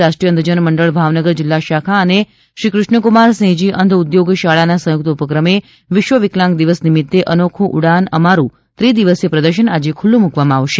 રાષ્ટ્રીય અંધજન મંડળ ભાવનગર જિલ્લા શાખા અને શ્રી કૃષ્ણકુમાર સિંહજી અંધ ઉદ્યોગ શાળાના સંયુક્ત ઉપક્રમે વિશ્વ વિકલાંગ દિવસ નિમિત્તે અનોખું ઉડાન અમારુ ત્રિ દિવસીય પ્રદર્શન આજે ખુલ્લું મૂકવામાં આવશે